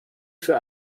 für